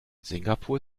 singapur